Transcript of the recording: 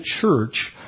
church